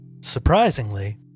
Surprisingly